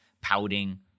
pouting